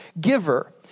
giver